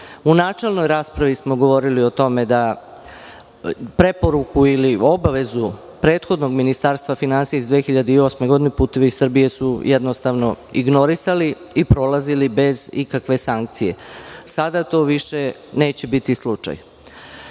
U načelnoj raspravi smo govorili o tome da preporuku ili obavezu prethodnog Ministarstva finansija iz 2008. godine "Putevi Srbije" su jednostavno ignorisali i prolazili bez ikakve sankcije. Sada to više neće biti slučaj. Kakvo